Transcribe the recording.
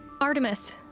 Artemis